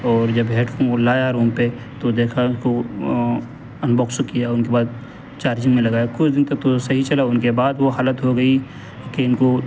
اور جب ہیڈفون کو لایا روم پہ تو دیکھا ان باکس کیا ان کے بعد چارجنگ میں لگایا کچھ دن تک تو صحیح چلا ان کے بعد وہ حالت ہو گئی کہ ان کو